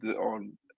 on